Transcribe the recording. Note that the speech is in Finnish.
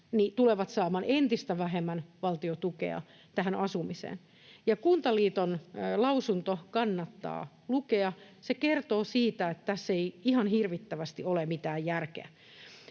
tulevat saamaan entistä vähemmän valtion tukea asumiseen. Kuntaliiton lausunto kannattaa lukea. Se kertoo siitä, että tässä ei ihan hirvittävästi ole mitään järkeä.